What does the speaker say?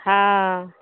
हँ